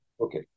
Okay